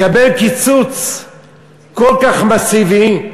לקבל קיצוץ כל כך מסיבי?